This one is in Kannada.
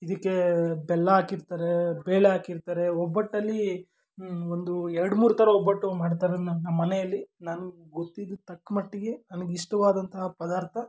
ಇದಕ್ಕೆ ಬೆಲ್ಲ ಹಾಕಿರ್ತಾರೆ ಬೇಳೆ ಹಾಕಿರ್ತಾರೆ ಒಬ್ಬಟ್ಟಲ್ಲಿ ಒಂದು ಎರಡು ಮೂರು ಥರ ಒಬ್ಬಟ್ಟು ಮಾಡ್ತಾರೆ ನಮ್ಮ ನಮ್ಮ ಮನೆಯಲ್ಲಿ ನಂಗೆ ಗೊತ್ತಿದ್ದು ತಕ್ಕ ಮಟ್ಟಿಗೆ ನನಗೆ ಇಷ್ಟವಾದಂತಹ ಪದಾರ್ಥ